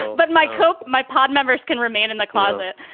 but my hope my pod members can remain in the closet.